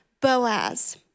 Boaz